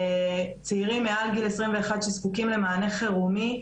צעירים מעל גיל 21 שזקוקים למענה חירומי,